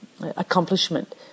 accomplishment